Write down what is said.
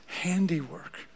handiwork